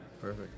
perfect